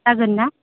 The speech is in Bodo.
जागोन ना